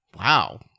Wow